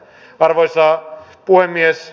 arvoisa puhemies